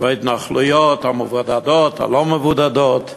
וההתנחלויות המבודדות, הלא-מבודדות,